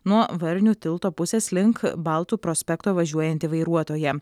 nuo varnių tilto pusės link baltų prospekto važiuojantį vairuotoją